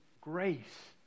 grace